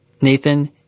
Nathan